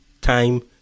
time